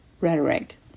rhetoric